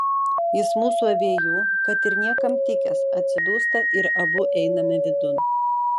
jis mūsų abiejų kad ir niekam tikęs atsidūsta ir abu einame vidun